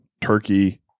turkey